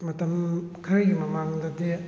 ꯃꯇꯝ ꯈꯔꯒꯤ ꯃꯃꯥꯡꯗꯗꯤ